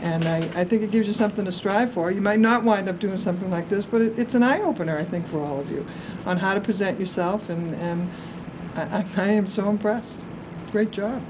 and i think it gives you something to strive for you might not want to do something like this but it's an eye opener i think for all of you on how to present yourself and i am so impressed great job